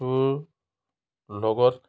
টোৰ লগত